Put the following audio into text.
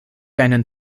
einen